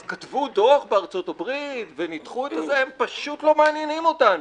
אז כתבו דוח בארצות הברית וניתחו הם פשוט לא מעניינים אותנו.